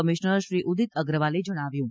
commissioner Shri Udit અગ્રવાલે જણાવ્યું હતું